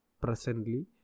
presently